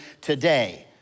today